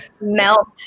melt